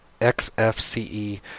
XFCE